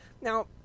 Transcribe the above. now